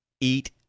eat